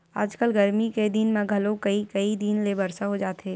आजकल गरमी के दिन म घलोक कइ कई दिन ले बरसा हो जाथे